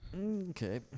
okay